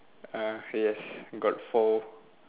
uh yes got four